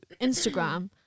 Instagram